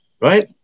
Right